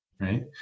right